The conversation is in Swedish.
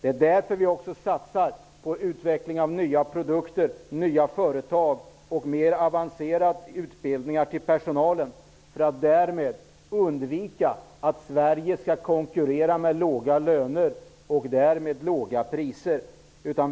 Det är därför vi också satsar på utveckling av nya produkter, nya företag och mer avancerad utbildning av personalen, för att undvika att Sverige konkurrerar med låga löner och därmed låga priser.